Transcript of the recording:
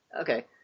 Okay